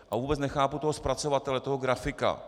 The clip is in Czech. A vůbec nechápu toho zpracovatele, toho grafika.